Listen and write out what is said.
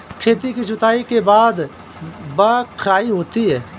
खेती की जुताई के बाद बख्राई होती हैं?